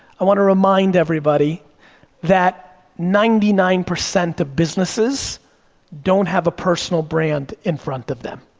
i wanna remind everybody that ninety nine percent of businesses don't have a personal brand in front of them.